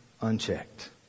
unchecked